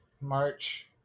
March